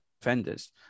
defenders